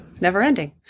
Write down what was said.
never-ending